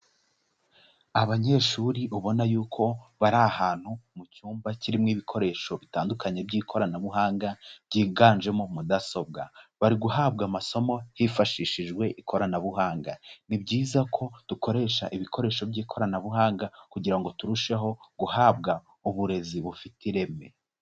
Abanyeshuri ubona yuko bari ahantu mu cyumba kirimo ibikoresho bitandukanye by'ikoranabuhanga byiganjemo mudasobwa, bari guhabwa amasomo hifashishijwe ikoranabuhanga. Ni byiza ko dukoresha ibikoresho by'ikoranabuhanga kugira ngo turusheho guhabwa uburezi bufite ireme.